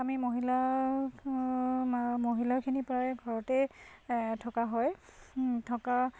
আমি মহিলা মহিলাখিনিৰ প্ৰায় ঘৰতে থকা হয় থকা